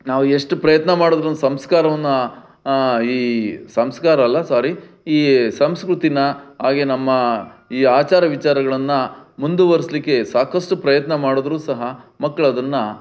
ನಾವು ಎಷ್ಟು ಪ್ರಯತ್ನ ಮಾಡಿದ್ರೂ ಸಂಸ್ಕಾರವನ್ನು ಈ ಸಂಸ್ಕಾರ ಅಲ್ಲ ಸ್ವಾರಿ ಈ ಸಂಸ್ಕೃತಿನ ಹಾಗೆ ನಮ್ಮ ಈ ಆಚಾರ ವಿಚಾರಗಳನ್ನು ಮುಂದುವರೆಸ್ಲಿಕ್ಕೆ ಸಾಕಷ್ಟು ಪ್ರಯತ್ನ ಮಾಡಿದ್ರೂ ಸಹ ಮಕ್ಕಳು ಅದನ್ನು